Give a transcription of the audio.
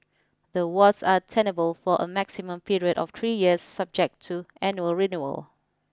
the awards are tenable for a maximum period of three years subject to annual renewal